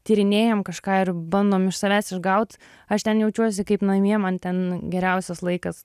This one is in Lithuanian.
tyrinėjam kažką ir bandom iš savęs išgaut aš ten jaučiuosi kaip namie man ten geriausias laikas